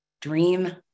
dream